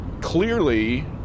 clearly